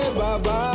baba